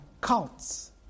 cults